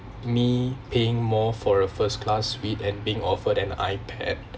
me paying more for a first-class suite and being offered an ipad